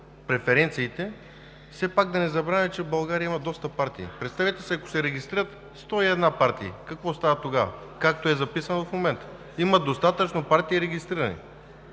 почват от 101, все пак да не забравят, че в България има доста партии. Представете си, ако се регистрират 101 партии, какво става тогава, както е записано в момента? Има достатъчно регистрирани